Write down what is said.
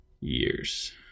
years